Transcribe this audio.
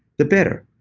the better.